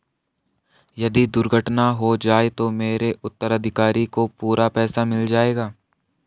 यदि दुर्घटना हो जाये तो मेरे उत्तराधिकारी को पूरा पैसा मिल जाएगा?